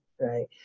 right